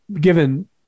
given